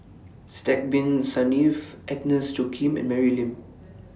Sidek Bin Saniff Agnes Joaquim and Mary Lim